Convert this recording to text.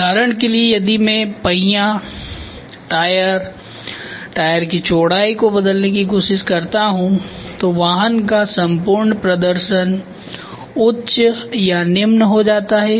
उदाहरण के लिए यदि मैं पहिया टायर टायर की चौड़ाई को बदलने की कोशिश करता हूं तो वाहन का संपूर्ण प्रदर्शन उच्च या निम्न हो जाता है